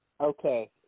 Okay